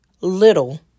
little